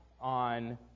on